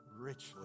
richly